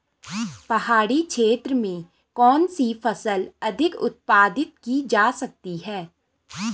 पहाड़ी क्षेत्र में कौन सी फसल अधिक उत्पादित की जा सकती है?